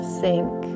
sink